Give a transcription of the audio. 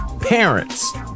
parents